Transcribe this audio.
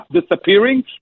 disappearing